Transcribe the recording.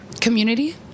Community